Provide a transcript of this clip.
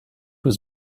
was